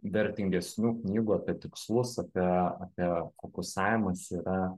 vertingesnių knygų apie tikslus apie apie fokusavimąsi yra